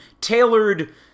tailored